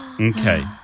Okay